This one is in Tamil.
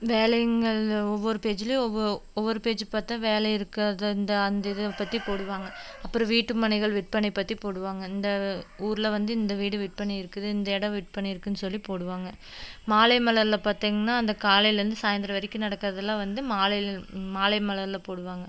வேலைங்களில் ஒவ்வொரு பேஜ்லையும் ஒவ்வொரு ஒவ்வொரு பேஜ்ஜு பார்த்தா வேலை இருக்காது அந்த இதை பற்றி போடுவாங்க அப்புறம் வீட்டு மனைகள் விற்பனை பற்றி போடுவாங்க இந்த ஊரில் வந்து இந்த வீடு விற்பனை இருக்குது இந்த இடோம் விற்பனை இருக்குதுன்னு சொல்லி போடுவாங்க மாலை மலரில் பார்த்தீங்னா அந்த காலையிலேருந்து சாயந்திரோம் வரைக்கும் நடக்கிறது எல்லாம் வந்து மாலை மாலை மலரில் போடுவாங்க